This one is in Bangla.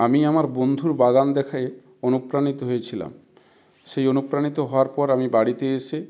আমি আমার বন্ধুর বাগান দেখে অনুপ্রাণিত হয়েছিলাম সেই অনুপ্রাণিত হওয়ার পর আমি বাড়িতে এসে